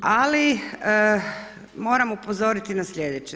Ali moram upozoriti na sljedeće.